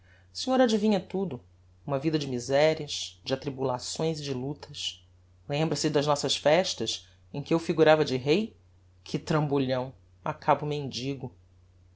senhor adivinha tudo uma vida de miserias de attribulações e de lutas lembra-se das nossas festas em que eu figurava de rei que trambolhão acabo mendigo